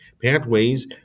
Pathways